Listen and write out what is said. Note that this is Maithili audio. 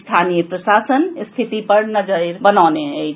स्थानीय प्रशासन स्थिति पर नजरि बनौने अछि